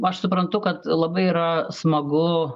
aš suprantu kad labai yra smagu